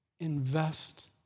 invest